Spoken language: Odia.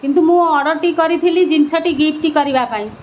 କିନ୍ତୁ ମୁଁ ଅର୍ଡ଼ର୍ଟି କରିଥିଲି ଜିନିଷଟି ଗିଫ୍ଟ୍ କରିବା ପାଇଁ